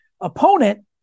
opponent